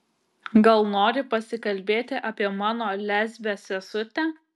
gal nori pasikalbėti apie mano lesbę sesutę